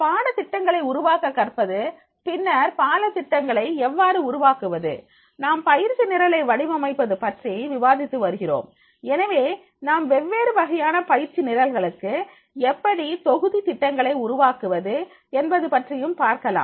பாடத்திட்டங்களை உருவாக்க கற்பது பின்னர் பாடத்திட்டங்களை எவ்வாறு உருவாக்குவது நாம் பயிற்சி நிரலை வடிவமைப்பது பற்றி விவாதித்து வருகிறோம் எனவே நாம் வெவ்வேறு வகையான பயிற்சி நிரல்களுக்கு எப்படி தொகுதி திட்டங்களை உருவாக்குவது என்பது பற்றியும் பார்க்கலாம்